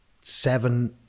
seven